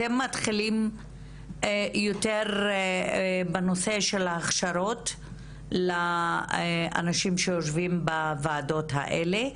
אתם מתחילים יותר בנושא של הכשרות לאנשים שיושבים בוועדות האלה.